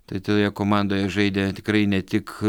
tai toje komandoje žaidė tikrai ne tik